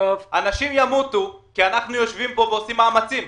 אנשים ימותו כי אנחנו יושבים פה ועושים מאמצים.